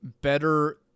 better